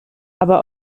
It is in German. aber